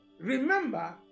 remember